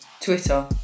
Twitter